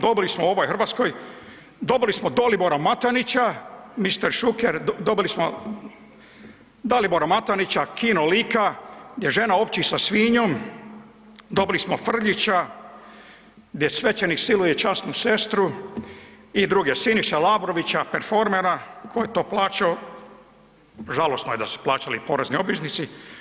Dobili smo ovaj RH, dobili smo Dalibora Matanića, mister Šuker dobili smo Dalibora Matanića, kino Lika gdje žena opći sa svinjom, dobili smo Frljića gdje svećenik siluje časnu sestru i druge, Siniše Labrovića, performera, ko je to plaćao, žalosno je da su plaćali porezni obveznici.